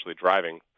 driving